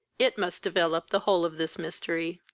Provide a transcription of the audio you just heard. it must develop the whole of this mystery.